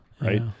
right